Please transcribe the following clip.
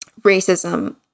racism